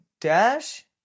Dash